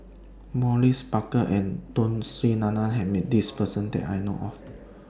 Maurice Baker and Tun Sri Lanang has Met This Person that I know of